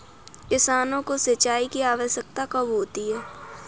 किसानों को सिंचाई की आवश्यकता कब होती है?